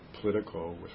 political